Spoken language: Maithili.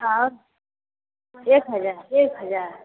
आओर एक हजार एक हजार